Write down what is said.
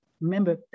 Remember